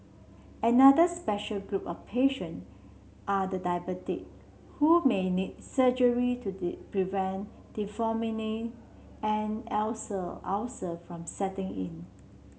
another special group of patient are the diabetic who may need surgery to prevent and ulcer from setting in